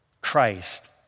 Christ